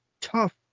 tough